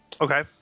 okay